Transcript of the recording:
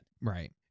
Right